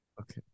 Okay